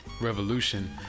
revolution